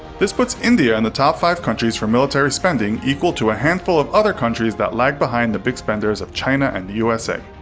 this puts india in and the top five countries for military spending, equal to a handful of other countries that lag behind the big spenders of china and the usa.